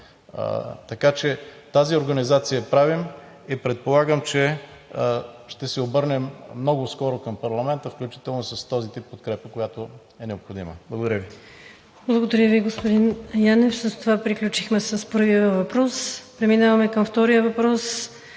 Така че тази организация я правим и предполагам, че ще се обърнем много скоро към парламента, включително и с този тип подкрепа, която е необходима. Благодаря Ви. ПРЕДСЕДАТЕЛ ВИКТОРИЯ ВАСИЛЕВА: Благодаря Ви, господин Янев. С това приключихме с първия въпрос. Преминаваме към втория въпрос.